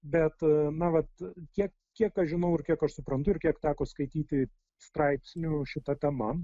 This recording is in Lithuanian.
bet na vat kiek kiek aš žinau ir kiek aš suprantu ir kiek teko skaityti straipsnių šita tema